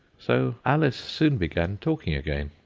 so alice soon began talking again.